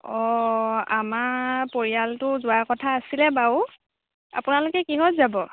অঁ আমাৰ পৰিয়ালটো যোৱাৰ কথা আছিল বাৰু আপোনালোকে কিহত যাব